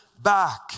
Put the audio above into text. back